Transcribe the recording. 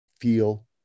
feel